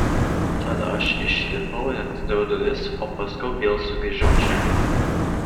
tad aš išlipau ir atidariau duris o paskiau vėl sugrįžau čia